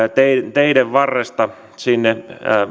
teiden varresta sinne